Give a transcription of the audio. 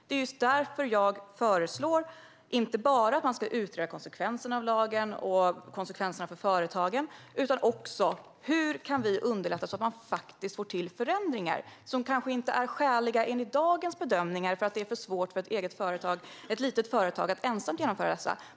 Det är därför jag föreslår att man inte bara ska utreda konsekvenserna av lagen för företagen utan också underlätta för faktiska förändringar som det kanske inte är skäligt att kräva enligt dagens bedömningar, eftersom det är för svårt för ett litet företag att ensamt genomföra dessa.